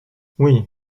oui